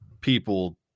people